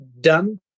done